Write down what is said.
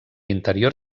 interior